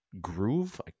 groove